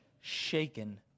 Shaken